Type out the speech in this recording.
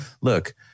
look